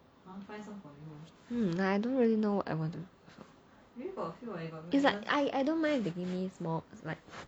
hmm like I don't really know I want to do it's like I don't mind if they give me mods like